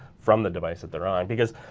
from the device that they're on because,